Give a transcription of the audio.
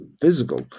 physical